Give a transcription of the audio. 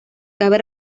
cabe